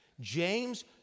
James